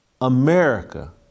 America